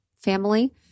family